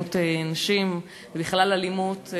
באלימות נגד נשים ובכלל אלימות.